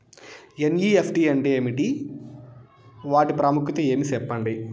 NEFT అంటే ఏమి వాటి ప్రాముఖ్యత ఏమి? సెప్పండి?